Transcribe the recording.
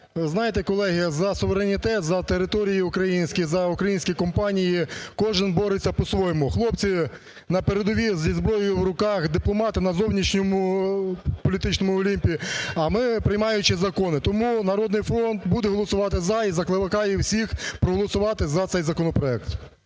знаєте, колеги, за суверенітет, за території українські, за українські компанії кожен бореться по-своєму: хлопці на передовій зі зброєю у руках, дипломати на зовнішньому політичному олімпі, а ми – приймаючи закони. Тому "Народний фронт" буде голосувати "за" і закликає всіх проголосувати за цей законопроект.